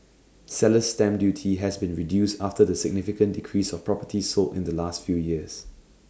seller's stamp duty has been reduced after the significant decrease of properties sold in the last few years